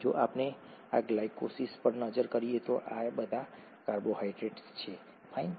જો આપણે આ ગ્લાયકોલિસિસ પર નજર કરીએ તો આ બધા કાર્બોહાઇડ્રેટ્સ છે ફાઇન